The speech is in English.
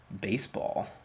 baseball